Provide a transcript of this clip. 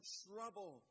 trouble